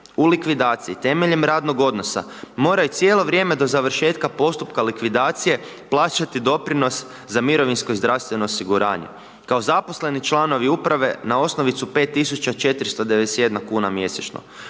u likvidaciji temeljem radnog odnosa moraju cijelo vrijeme do završetka postupka likvidacije plaćati doprinos za mirovinsko i zdravstveno osiguranje. Kao zaposleni članovi uprave, na osnovicu 5491 kuna mjesečno.